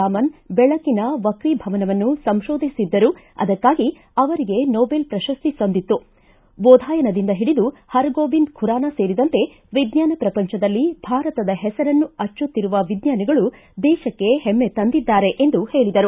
ರಾಮನ್ ಬೆಳಕಿನ ವಕ್ರೀಭವನವನ್ನು ಸಂತೋಧಿಸಿದ್ದರು ಅದಕ್ಕಾಗಿ ಅವರಿಗೆ ನೊಬೆಲ್ ಪ್ರಶಸ್ತಿ ಸಂದಿತ್ತು ಬೋಧಾಯನದಿಂದ ಹಿಡಿದು ಪರ್ಗೋಬಿಂದ್ ಖುರಾನಾ ಸೇರಿದಂತೆ ವಿಜ್ಞಾನ ಪ್ರಪಂಚದಲ್ಲಿ ಭಾರತದ ಹೆಸರನ್ನು ಅಚ್ಚೊತ್ತಿರುವ ವಿಜ್ಞಾನಿಗಳು ದೇಶಕ್ಕೆ ಹೆಮ್ಮೆ ತಂದಿದ್ದಾರೆ ಎಂದು ಹೇಳಿದರು